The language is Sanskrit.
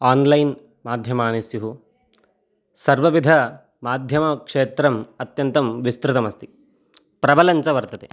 आन्लैन् माध्यमानि स्युः सर्वविधमाध्यमक्षेत्रम् अत्यन्तं विस्तृतमस्ति प्रबलञ्च वर्तते